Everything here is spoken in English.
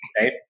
Right